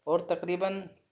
اور تقریباً